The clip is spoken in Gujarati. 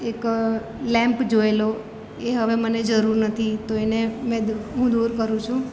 એક લેમ્પ જોએલો એ હવે મને જરૂર નથી તો એને મેં હું દૂર કરું છું